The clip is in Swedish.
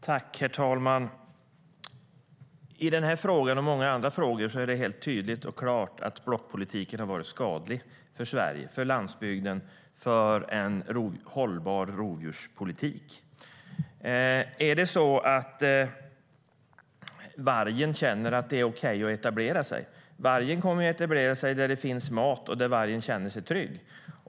Herr talman! I den här frågan och många andra är det tydligt och klart att blockpolitiken har varit skadlig för Sverige, för landsbygden och för en hållbar rovdjurspolitik. Känner vargen att det är okej att etablera sig? Vargen kommer ju att etablera sig där det finns mat och den känner sig trygg.